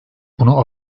bunu